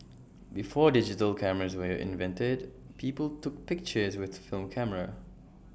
before digital cameras were invented people took pictures with film camera